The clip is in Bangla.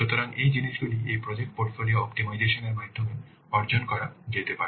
সুতরাং এই জিনিসগুলি এই প্রজেক্ট পোর্টফোলিও অপ্টিমাইজেশন এর মাধ্যমে অর্জন করা যেতে পারে